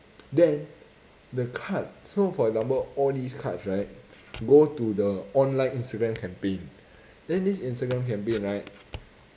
then the card so for example all these cards right go to the online instagram campaign then this instagram campaign right